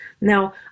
Now